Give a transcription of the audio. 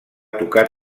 tocar